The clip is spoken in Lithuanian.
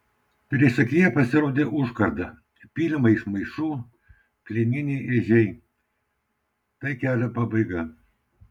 priešakyje pasirodė užkarda pylimai iš maišų plieniniai ežiai tai kelio pabaiga